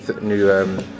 new